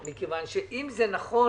אם זה נכון